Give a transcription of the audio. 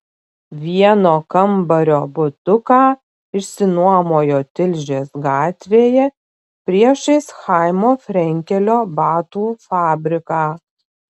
vieno kambario butuką išsinuomojo tilžės gatvėje priešais chaimo frenkelio batų fabriką